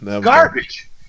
Garbage